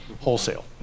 wholesale